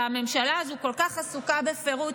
שהממשלה הזו כל כך עסוקה בפירוק,